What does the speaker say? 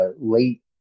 late